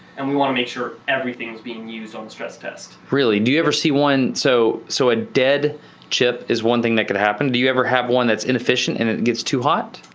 and we want to make sure everything's being used on the stress test. really? do you ever see one, so so a dead chip is one thing that could happen. do you ever have one that's inefficient and it gets too hot?